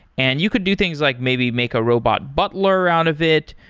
and you could do things like maybe make a robot butler out of it.